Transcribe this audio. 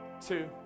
two